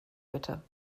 bitte